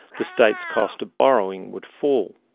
the state's cost of borrowing would fall.